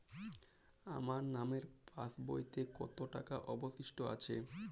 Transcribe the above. আমার নামের পাসবইতে কত টাকা অবশিষ্ট আছে?